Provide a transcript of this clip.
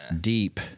deep –